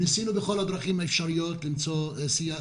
ניסינו בכל הדרכים האפשריות למצוא שיח